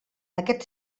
aquest